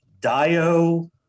Dio